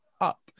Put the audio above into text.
up